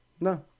No